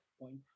point